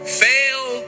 fail